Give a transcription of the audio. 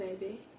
baby